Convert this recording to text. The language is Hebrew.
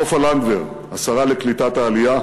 סופה לנדבר, השרה לקליטת העלייה,